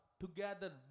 together